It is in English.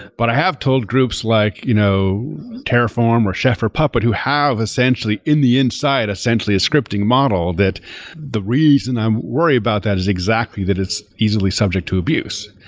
but i have told groups like you know terraform, or chef, or puppet, who have essentially in the inside essentially a scripting model that the reason i worry about that is exactly that it's easily subject to abuse.